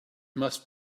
must